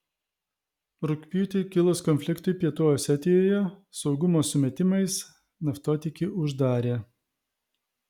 rugpjūtį kilus konfliktui pietų osetijoje saugumo sumetimais naftotiekį uždarė